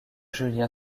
julien